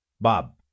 Bob